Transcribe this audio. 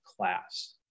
class